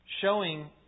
showing